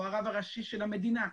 או הרב הראשי של המדינה.